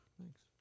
Thanks